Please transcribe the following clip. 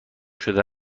شده